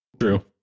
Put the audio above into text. True